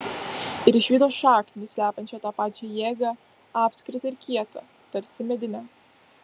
ir išvydo šaknį slepiančią tą pačią jėgą apskritą ir kietą tarsi medinę